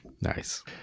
Nice